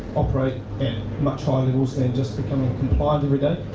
operate at much higher levels than just becoming compliant every day.